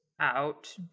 out